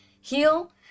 heal